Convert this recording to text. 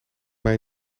mij